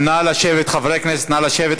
חברי הכנסת, נא לשבת.